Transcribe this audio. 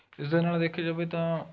ਇਸ ਦੇ ਨਾਲ ਵੇਖਿਆ ਜਾਵੇ ਤਾਂ